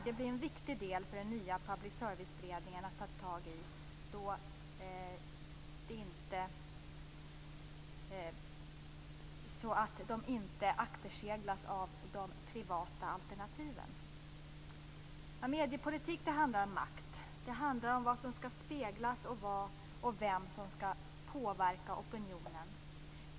Detta blir en viktig del för den nya public service-beredningen att ta tag i så att den inte akterseglas av de privata alternativen. Mediepolitik handlar om makt, det handlar om vad som skall speglas och vad och vem som skall påverka opinionen.